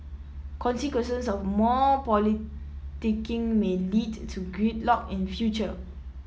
consequences of more politicking may lead to gridlock in future